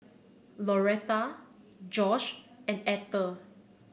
Lauretta Josh and Etter